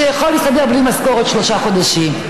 שיכול להסתדר בלי משכורת שלושה חודשים,